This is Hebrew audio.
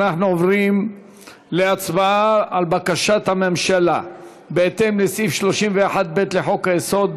אנחנו עוברים להצבעה על בקשת הממשלה בהתאם לסעיף 31(ב) לחוק-יסוד: